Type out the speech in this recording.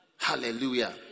Hallelujah